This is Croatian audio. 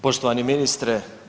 Poštovani ministre.